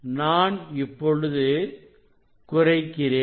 நான் இப்பொழுது குறைக்கிறேன்